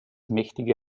mächtige